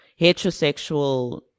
heterosexual